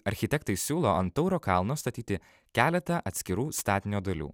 architektai siūlo ant tauro kalno statyti keletą atskirų statinio dalių